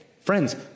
Friends